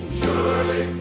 surely